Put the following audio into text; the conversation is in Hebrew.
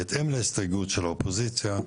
בהתאם להסתייגות של האופוזיציה,